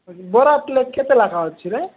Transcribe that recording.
ବରା ପ୍ଲେଟ୍ କେତେ ଲଖା ଅଛି ରେ